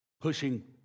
pushing